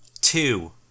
Two